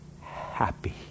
happy